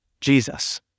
Jesus